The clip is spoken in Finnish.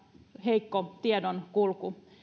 heikko tiedonkulku